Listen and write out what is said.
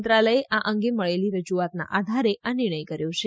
મંત્રાલયે આ અંગે મળેલી રજૂઆતના આધારે આ નિર્ણય કર્યો છે